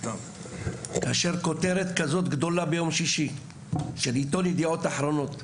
כאשר כותרת כזאת גדולה של עיתון "ידיעות אחרונות"